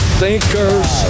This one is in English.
thinkers